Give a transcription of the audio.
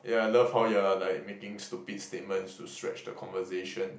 yeah I love how you are like making stupid statements to stretch the conversation